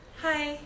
Hi